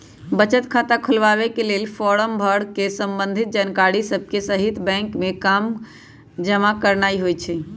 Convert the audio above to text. बचत खता खोलबाके लेल फारम भर कऽ संबंधित जानकारिय सभके सहिते बैंक में जमा करनाइ होइ छइ